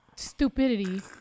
Stupidity